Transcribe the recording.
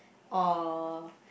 oh